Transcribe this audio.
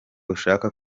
ushaka